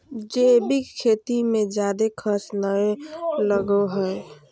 जैविक खेती मे जादे खर्च नय लगो हय